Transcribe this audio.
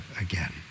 again